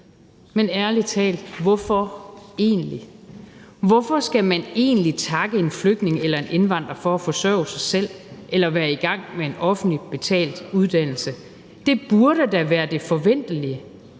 men ærlig talt, hvorfor egentlig? Hvorfor skal man egentlig takke en flygtning eller en indvandrer for at forsørge sig selv eller være i gang med en offentligt betalt uddannelse? Det burde da være det forventelige.